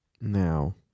Now